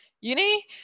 uni